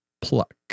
pluck